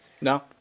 No